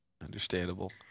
Understandable